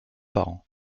parents